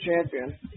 champion